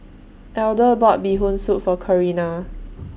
Elder bought Bee Hoon Soup For Carina